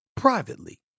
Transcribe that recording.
privately